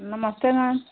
नमस्ते मैम